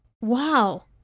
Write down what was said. Wow